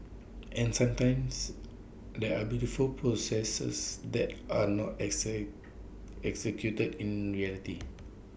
and sometimes there are beautiful processes that are not excite executed in reality